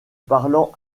parlant